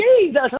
Jesus